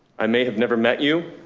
i may have never met you,